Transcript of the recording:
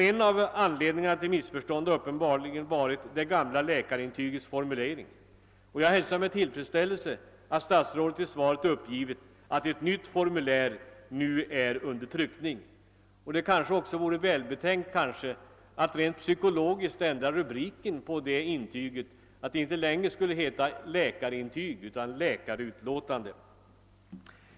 En av anledningarna till missförstånd har uppenbarligen varit det gamla Jäkarintygets formulering, och jag hälsar med tillfredsställelse att statsrådet i svaret meddelar att ett nytt formulär är under tryckning. Det kanske också rent psykologiskt vore välbetänkt att ändra rubriken på formuläret och inte längre tala om läkarintyg utan om läkarutlåtande.